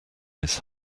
his